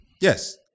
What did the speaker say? Yes